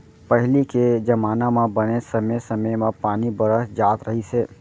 पहिली के जमाना म बने समे समे म पानी बरस जात रहिस हे